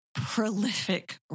prolific